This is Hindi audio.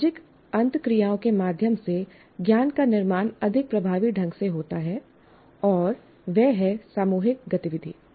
सामाजिक अंतःक्रियाओं के माध्यम से ज्ञान का निर्माण अधिक प्रभावी ढंग से होता है और वह है सामूहिक गतिविधि